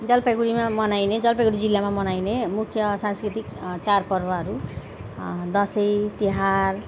जलपाइगुडीमा मनाइने जलपाइगुडी जिल्लामा मनाइने मुख्य सांस्कृतिक चाडपर्वहरू दसैँ तिहार